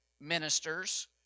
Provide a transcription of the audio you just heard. ministers